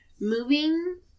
moving